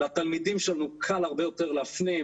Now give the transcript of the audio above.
לתלמידים שלנו קל הרבה יותר להפנים